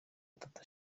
atatu